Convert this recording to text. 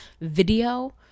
video